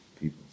People